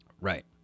Right